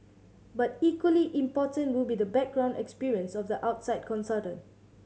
but equally important will be the background experience of the outside consultant